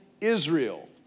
Israel